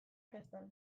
festan